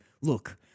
look